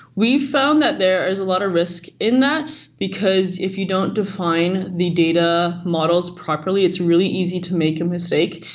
we've found that there is a lot of risk in that because if you don't define the data models properly, it's really easy to make a mistake.